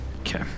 Okay